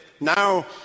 now